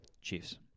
Chiefs